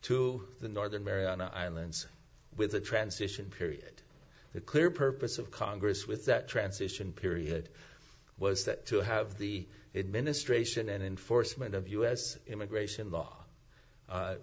to the northern mariana islands with a transition period the clear purpose of congress with that transition period was that to have the administration and enforcement of u s immigration law